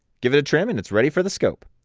give it a trim and it's ready for the scope!